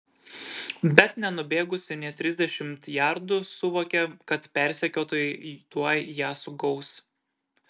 bet nenubėgusi nė trisdešimt jardų suvokė kad persekiotojai tuoj ją sugaus